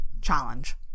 challenge